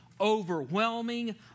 overwhelming